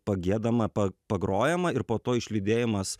pagiedama pa pagrojama ir po to išlydėjimas